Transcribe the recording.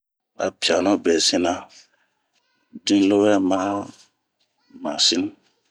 A piano be sina ,din lowɛ ma masini.